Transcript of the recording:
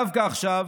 דווקא עכשיו